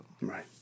Right